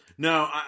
No